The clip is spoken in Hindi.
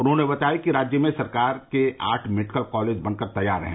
उन्होंने बताया कि राज्य में सरकार के आठ मेडिकल कॉलेज बनकर तैयार हैं